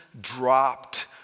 dropped